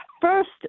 First